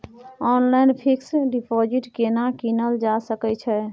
Online fix deposit केना कीनल जा सकै छी?